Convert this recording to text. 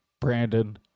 Brandon